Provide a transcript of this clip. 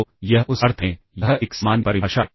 तो यह उस अर्थ में यह एक सामान्य परिभाषा है